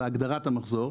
אלא הגדרת המחזור,